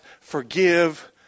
forgive